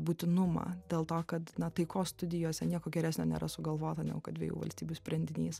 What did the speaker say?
būtinumą dėl to kad taikos studijose nieko geresnio nėra sugalvota negu kad dviejų valstybių sprendinys